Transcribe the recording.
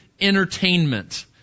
entertainment